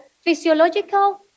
physiological